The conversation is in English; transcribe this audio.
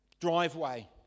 driveway